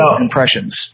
impressions